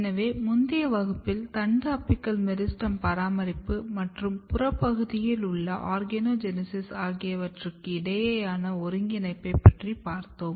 எனவே முந்தைய வகுப்பில் தண்டு அபிக்கல் மெரிஸ்டெம் பராமரிப்பு மற்றும் புற பகுதியில் உள்ள ஆர்கனோஜெனீசிஸ் ஆகியவற்றுக்கு இடையேயான ஒருங்கிணைப்பு பற்றி பார்த்தோம்